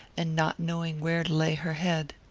and not knowing where to lay her head.